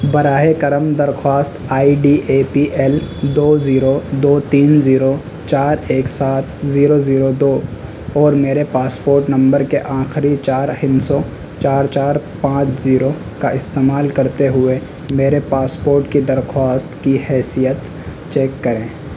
براہ کرم درخواست I D A P L دو زیرو دو تین زیرو چار ایک سات زیرو زیرو دو اور میرے پاسپورٹ نمبر کے آخری چار ہنسوں چار چار پانچ زیرو کا استعمال کرتے ہوئے میرے پاسپورٹ کی درخواست کی حیثیت چیک کریں